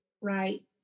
right